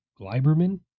Gleiberman